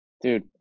Dude